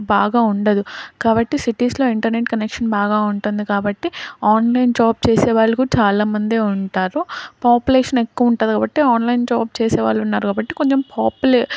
బాగా ఉండదు కాబట్టి సిటీస్లో ఇంటర్నెట్ కనెక్షన్ బాగా ఉంటుంది కాబట్టి ఆన్లైన్ జాబ్ చేసే వాళ్ళు చాలామందే ఉంటారు పాపులేషన్ ఎక్కువ ఉంటుంది కాబట్టి ఆన్లైన్ జాబ్ చేసే వాళ్ళు ఉన్నారు కాబట్టి కొంచెం పాపులే